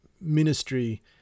ministry